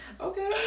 Okay